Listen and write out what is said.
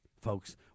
folks—